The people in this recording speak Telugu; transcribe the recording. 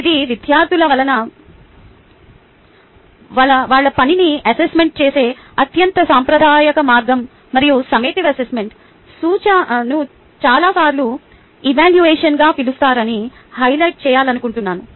ఇది విద్యార్థుల పనిని అసెస్మెంట్ చేసే అత్యంత సాంప్రదాయిక మార్గం మరియు సమ్మటివ్ అసెస్మెంట్ను చాలాసార్లు ఎవాల్యువేషన్గా పిలుస్తారని హైలైట్ చేయాలనుకుంటున్నాను